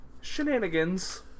shenanigans